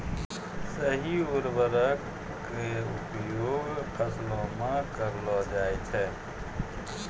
सही उर्वरको क उपयोग फसलो म करलो जाय छै